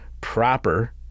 proper